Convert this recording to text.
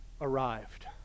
arrived